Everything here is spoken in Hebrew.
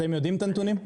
אתם יודעים את הנתונים?